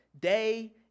day